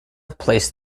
placed